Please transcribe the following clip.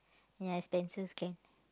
ya expenses can